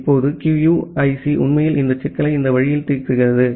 இப்போது QUIC உண்மையில் இந்த சிக்கலை இந்த வழியில் தீர்க்கிறது